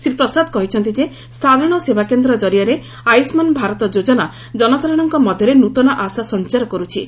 ଶ୍ରୀ ପ୍ରସାଦ କହିଛନ୍ତି ଯେ ସାଧାରଣ ସେବା କେନ୍ଦ୍ର ଜରିଆରେ ଆୟୁଷ୍କାନ୍ ଭାରତ ଯୋଜନା ଜନସାଧାରଣଙ୍କ ମଧ୍ୟରେ ନୃତନ ଆଶା ସଞ୍ଚାର କର୍ତ୍ଥି